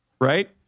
right